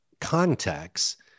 context—